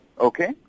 okay